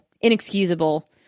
inexcusable